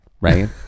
right